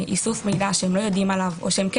איסוף מידע שהם לא יודעים עליו או שהם כן